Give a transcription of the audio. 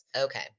Okay